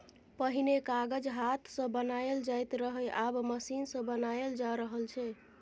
पहिने कागत हाथ सँ बनाएल जाइत रहय आब मशीन सँ बनाएल जा रहल छै